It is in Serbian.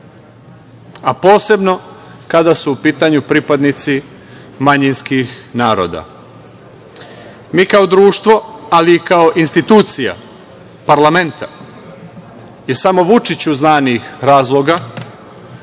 a posebno kada su u pitanju pripadnici manjinskih naroda. Mi kao društvo, ali i kao institucija parlamenta, iz samo Vučiću znanih razloga,